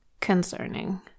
concerning